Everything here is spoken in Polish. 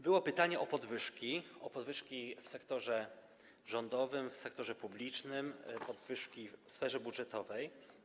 Było pytanie o podwyżki - o podwyżki w sektorze rządowym, w sektorze publicznym, podwyżki w sferze budżetowej.